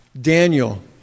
Daniel